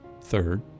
Third